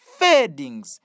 fadings